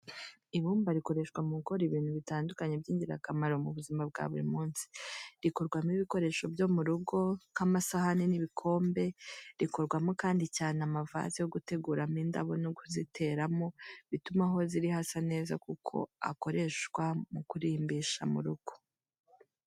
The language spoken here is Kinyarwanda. Ibumba rikoreshwa mu gukora ibintu bitandukanye by'ingirakamaro mu buzima bwa buri munsi. Rikorwamo ibikoresho byo mu rugo nk'amasahani n'ibikombe, rikorwamo kandi cyane amavaze yo guteguramo indabo no kuziteramo, bituma aho ziri hasa neza kuko akoreshwa mu kurimbisha mu rugo.